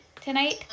tonight